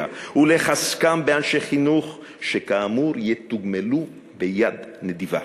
ולחזקם באנשי חינוך שכאמור יתוגמלו ביד נדיבה.